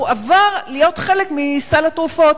הוא עבר להיות חלק מסל התרופות,